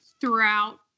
throughout